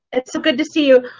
it's so good to see you.